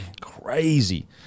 Crazy